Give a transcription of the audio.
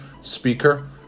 speaker